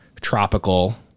tropical